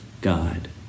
God